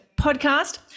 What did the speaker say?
podcast